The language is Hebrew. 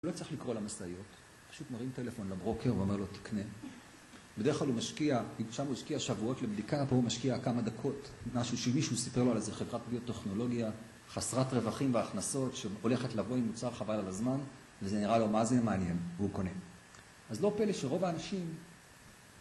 הוא לא צריך לקרוא למשאיות, פשוט מרים טלפון לברוקר ואומר לו תקנה. בדרך כלל הוא משקיע, אם שם הוא השקיע שבועות, לבדיקה, פה הוא משקיע כמה דקות משהו שמישהו סיפר לו על זה, חברת ביוטכנולוגיה חסרת רווחים והכנסות שהולכת לבוא עם מוצר חבל על הזמן וזה נראה לו מה זה מעניין והוא קונה אז לא פלא שרוב האנשים